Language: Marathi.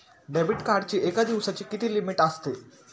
डेबिट कार्डची एका दिवसाची किती लिमिट असते?